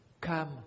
Come